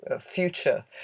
Future